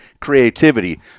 creativity